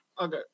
Okay